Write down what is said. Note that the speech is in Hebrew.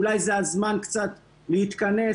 אולי זה הזמן קצת להתכנס,